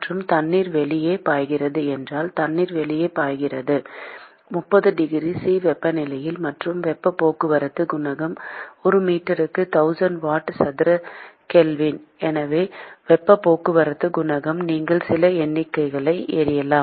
மற்றும் தண்ணீர் வெளியே பாய்கிறது என்றால் தண்ணீர் வெளியே பாய்கிறது 30 டிகிரி C வெப்பநிலையில் மற்றும் வெப்பப் போக்குவரத்துக் குணகம் ஒரு மீட்டருக்கு 1000 வாட் சதுர கெல்வின் அதுவே வெப்பப் போக்குவரத்துக் குணகம் நீங்கள் சில எண்களை எறியலாம்